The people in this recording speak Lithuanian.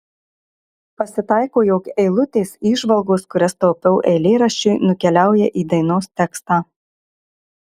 pasitaiko jog eilutės įžvalgos kurias taupiau eilėraščiui nukeliauja į dainos tekstą